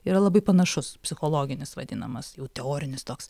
yra labai panašus psichologinis vadinamas jų teorinis toks